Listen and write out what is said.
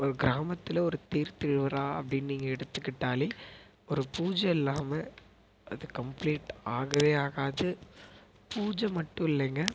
ஒரு கிராமத்தில் ஒரு தேர் திருவிழா அப்படின்னு நீங்கள் எடுத்துகிட்டாலே ஒரு பூஜை இல்லாமல் அது கம்ப்ளீட் ஆகவே ஆகாது பூஜை மட்டும் இல்லைங்க